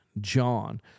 John